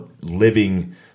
living